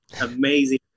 amazing